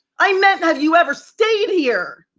i meant have you ever stayed here?